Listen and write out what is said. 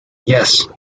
yes